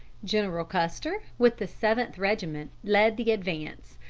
general custer, with the seventh regiment, led the advance,